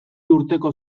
urteko